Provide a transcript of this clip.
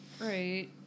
Right